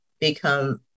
become